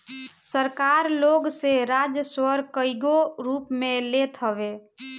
सरकार लोग से राजस्व कईगो रूप में लेत हवे